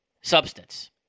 substance